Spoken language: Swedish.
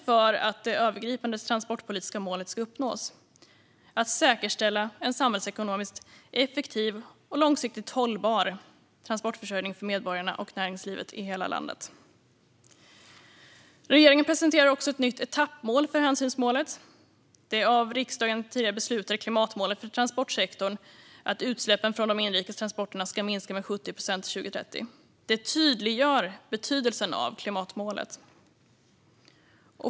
För att det övergripande transportpolitiska målet ska uppnås är det nödvändigt att säkerställa en samhällsekonomiskt effektiv och långsiktigt hållbar transportförsörjning för medborgarna och näringslivet i hela landet. Regeringen presenterar också ett nytt etappmål för hänsynsmålet - det av riksdagen tidigare beslutade klimatmålet för transportsektorn: att utsläppen från de inrikes transporterna ska minska med 70 procent till år 2030. Detta tydliggör betydelsen av klimatmålet.